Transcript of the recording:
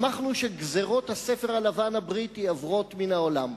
שמחנו שגזירות הספר הלבן הבריטי עוברות מן העולם.